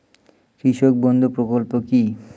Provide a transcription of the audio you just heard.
কৃষক বন্ধু প্রকল্প কি?